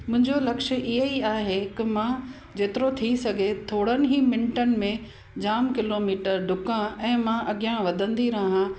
मुंहिंजो लक्ष्य ईअं ई आहे की मां जेतिरो थी सघे थोड़नि ई मिंटनि में जाम किलोमीटर ॾुका ऐं मां अॻियां वधंदी रहा